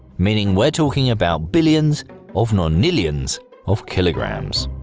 meaning we're talking about billions of nonillions of kilograms.